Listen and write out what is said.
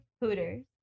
Hooters